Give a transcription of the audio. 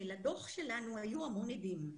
לדוח שלנו היו המון הדים.